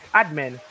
admin